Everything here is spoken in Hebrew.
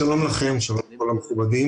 שלום לכם, שלום לכל המכובדים.